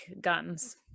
guns